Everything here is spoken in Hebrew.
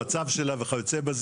למצב שלה וכיו"ב.